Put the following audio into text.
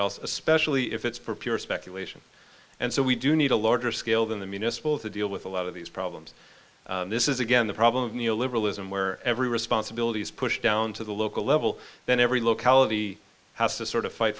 else especially if it's for pure speculation and so we do need a larger scale than the municipal to deal with a lot of these problems this is again the problem of neoliberalism where every responsibilities push down to the local level then every locality has to sort of fight